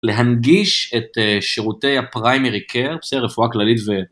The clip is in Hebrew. להנגיש את שירותי ה-primary care, רפואה כללית ו...